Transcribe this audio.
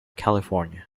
california